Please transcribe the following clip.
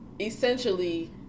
essentially